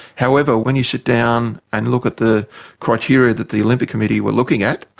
however, when you sit down and look at the criteria that the olympic committee were looking at,